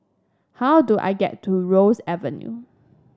how do I get to Ross Avenue